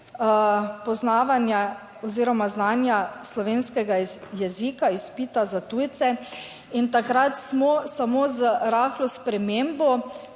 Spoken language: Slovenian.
poznavanja oziroma znanja slovenskega jezika, izpita za tujce in takrat smo samo z rahlo spremembo